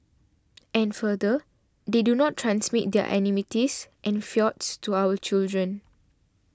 and further they do not transmit their enmities and feuds to our children